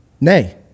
Nay